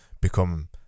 become